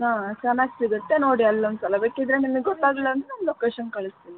ಹಾಂ ಚೆನ್ನಾಗಿ ಸಿಗುತ್ತೆ ನೋಡಿ ಅಲ್ಲೊಂದ್ಸಲ ಬೇಕಿದ್ದರೆ ನಿಮಗೆ ಗೊತ್ತಾಗಲಿಲ್ಲ ಅಂದರೆ ನಾನು ಲೋಕೇಶನ್ ಕಳಿಸ್ತೀನಿ ನಿಮಗೆ